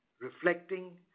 reflecting